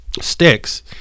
sticks